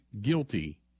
guilty